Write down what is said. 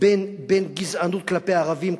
בין גזענות כלפי ערבים,